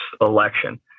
election